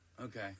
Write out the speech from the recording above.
Okay